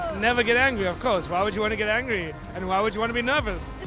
never get angry, of course. why would you want to get angry? and why would you want to be nervous?